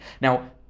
Now